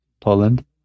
Poland